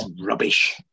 rubbish